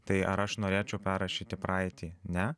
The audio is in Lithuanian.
tai ar aš norėčiau perrašyti praeitį ne